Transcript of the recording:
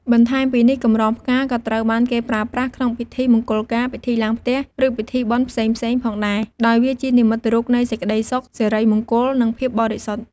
បន្ថែមពីនេះ កម្រងផ្កាក៏ត្រូវបានគេប្រើប្រាស់ក្នុងពិធីមង្គលការ ពិធីឡើងផ្ទះ ឬពិធីបុណ្យផ្សេងៗផងដែរ ដោយវាជានិមិត្តរូបនៃសេចក្ដីសុខ សិរីមង្គល និងភាពបរិសុទ្ធ។